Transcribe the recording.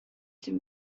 zijn